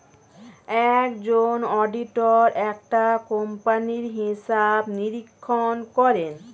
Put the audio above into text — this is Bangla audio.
একজন অডিটর একটা কোম্পানির হিসাব নিরীক্ষণ করেন